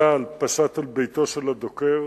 צה"ל פשט על ביתו של הדוקר